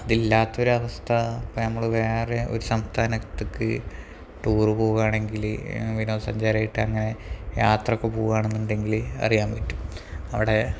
അതില്ലാത്തൊരവസ്ഥ ഇപ്പോള് നമ്മള് വേറൊരു സംസ്ഥാനത്തേക്ക് ടൂര് പോവുകയാണെങ്കില് വിനോദ സഞ്ചാരമായിട്ടങ്ങനെ യാത്ര ഒക്കെ പോവുകയാണെന്നുണ്ടെങ്കില് അറിയാൻ പറ്റും അവിടെ